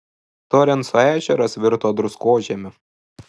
torenso ežeras virto druskožemiu